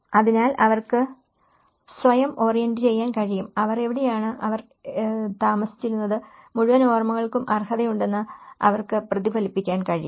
അതിനാൽ അവർക്ക് സ്വയം ഓറിയന്റുചെയ്യാൻ കഴിയും അവർ എവിടെയാണ് അവർ എവിടെയാണ് താമസിച്ചിരുന്നത് മുഴുവൻ ഓർമ്മകൾക്കും അർഹതയുണ്ടെന്ന് അവർക്ക് പ്രതിഫലിപ്പിക്കാൻ കഴിയും